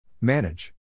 Manage